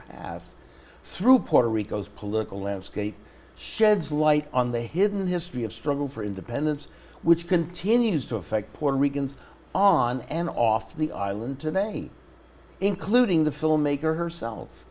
have through puerto rico's political landscape sheds light on the hidden history of struggle for independence which continues to affect puerto ricans on and off the island today including the filmmaker herself